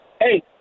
Hey